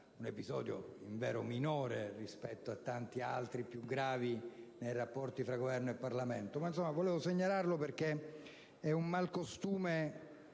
un episodio invero minore rispetto a tanti altri più gravi nei rapporti tra Governo e Parlamento, ma che volevo segnalare perché è indice